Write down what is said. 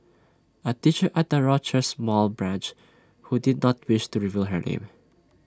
A teacher at the Rochester mall branch who did not wish to reveal her name